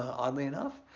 oddly enough,